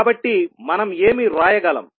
కాబట్టి మనం ఏమి వ్రాయగలం